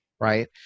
right